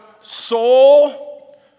soul